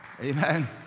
Amen